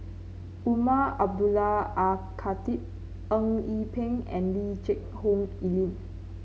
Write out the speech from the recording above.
Umar Abdullah Al Khatib Eng Yee Peng and Lee Geck Hoon Ellen